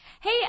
hey